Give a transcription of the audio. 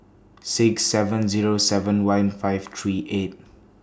six seven Zero seven one five three five